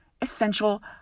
essential